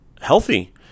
healthy